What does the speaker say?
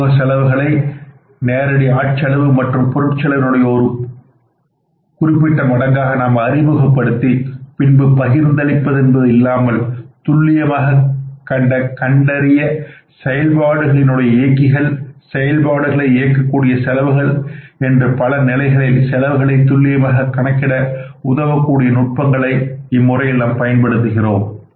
மறைமுக செலவுகளை நேரடி ஆட்செலவு மற்றும் பொருட்செலவினுடைய ஓர் குறிப்பிட்ட மடங்காக நாம் அறிமுகப்படுத்தி பின்பு பகிர்ந்தளிப்பதென்பது இல்லாமல் துல்லியமாக கண்ட கண்டறிய செயல்பாடுகளின் உடைய இயக்கிகள் செயல்பாடுகளை இயக்கக்கூடிய செலவுகள் என்று பல நிலைகளில் செலவுகளை துல்லியமாக கணக்கிட உதவக்கூடிய நுட்பங்களை பயன்படுத்துகின்றோம்